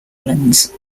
islands